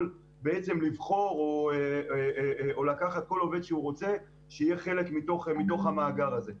בעצם לבחור או לקחת כל עובד שהוא רוצה שיהיה חלק מתוך המאגר הזה.